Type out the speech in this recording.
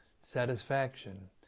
satisfaction